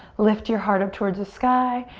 lift your heart up towards the sky.